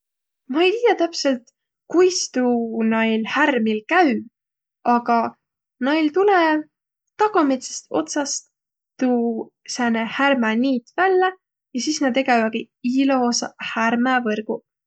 Ma ei tiiäq täpselt, kuis tuu nail härmil käü, aga näil tulõ tagomidsõst otsast sääne härmaniit vällä ja sis nä tegevägiq ilosaq härmävõrguq.